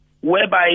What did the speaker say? whereby